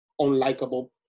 unlikable